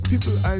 People